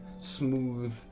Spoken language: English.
smooth